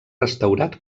restaurat